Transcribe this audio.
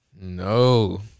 No